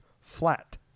flat